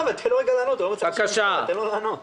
אני במדינת ישראל.